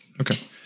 okay